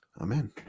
Amen